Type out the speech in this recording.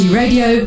radio